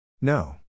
No